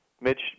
Mitch